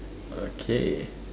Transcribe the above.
okay